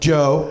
Joe